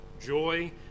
joy